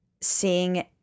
seeing